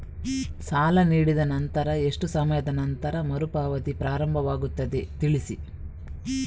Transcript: ಸಾಲ ನೀಡಿದ ನಂತರ ಎಷ್ಟು ಸಮಯದ ನಂತರ ಮರುಪಾವತಿ ಪ್ರಾರಂಭವಾಗುತ್ತದೆ ತಿಳಿಸಿ?